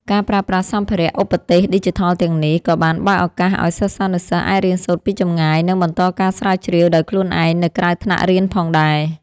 ការប្រើប្រាស់សម្ភារ:ឧបទេសឌីជីថលទាំងនេះ ក៏បានបើកឱកាសឱ្យសិស្សានុសិស្សអាចរៀនសូត្រពីចម្ងាយ និងបន្តការស្រាវជ្រាវដោយខ្លួនឯងនៅក្រៅថ្នាក់រៀនផងដែរ។